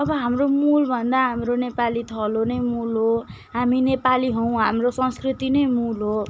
अब हाम्रो मूल भन्दा हाम्रो नेपाली थलो नै मूल हो हामी नेपाली हौँ हाम्रो संस्कृति नै मूल हो